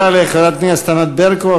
תודה לחברת הכנסת ענת ברקו.